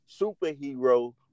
superhero